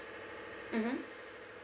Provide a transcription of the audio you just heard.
mmhmm